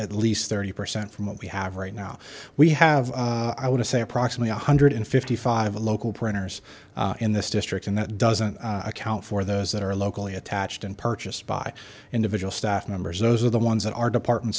at least thirty percent from what we have right now we have i would say approximately one hundred fifty five local printers in this district and that doesn't account for those that are locally attached and purchased by individual staff members those are the ones that our department